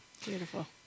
Beautiful